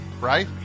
Right